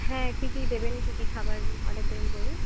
হ্যাঁ কী কী দেবেন কী কী খাবার অর্ডার দেবেন বলুন